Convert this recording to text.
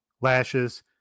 lashes